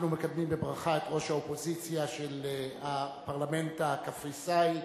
אנחנו מקדמים בברכה את ראש האופוזיציה של הפרלמנט הקפריסאי,